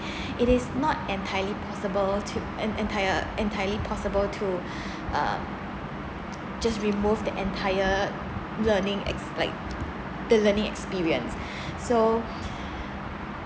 it is not entirely possible to en~ entire entirely possible to uh just remove the entire learning ex~ like the learning experience so